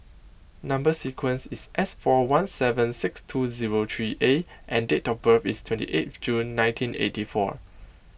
Number Sequence is S four one seven six two zero three A and date of birth is twenty eighth June nineteen eighty four